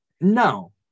No